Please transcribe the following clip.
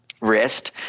wrist